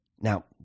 Now